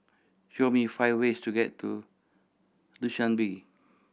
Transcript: show me five ways to get to Dushanbe